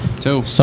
two